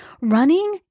Running